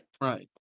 right